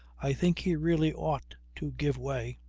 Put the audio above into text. i think he really ought to give way.